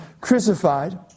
crucified